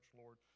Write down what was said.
Lord